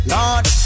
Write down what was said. Lord